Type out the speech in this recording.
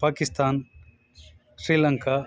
Pakistan Sri Lanka